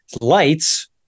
lights